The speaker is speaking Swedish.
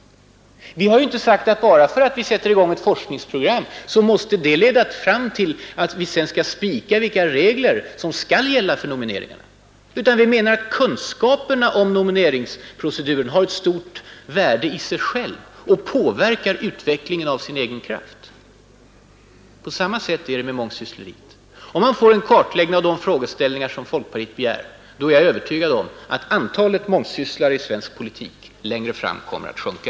Att vi sätter i gång ett forskningsprogram behöver ju inte leda fram till att vi sedan skall spika vilka regler som skall gälla för nomineringarna, Vi anser att kunskap om nomineringsproceduren har ett stort värde i sig själv och påverkar utvecklingen av sin egen kraft. På samma sätt är det med mångsyssleriet. Om det sker en sådan kartläggning av frågeställningarna som folkpartiet begär så är jag övertygad om att antalet mångsysslare i svensk politik längre fram kommer att minska.